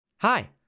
Hi